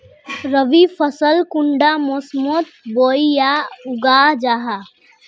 रवि फसल कुंडा मोसमोत बोई या उगाहा जाहा?